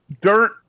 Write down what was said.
dirt